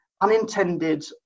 unintended